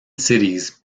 cities